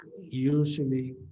usually